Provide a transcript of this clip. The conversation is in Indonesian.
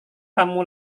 kamu